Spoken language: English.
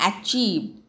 achieve